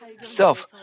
self